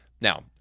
Now